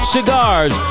Cigars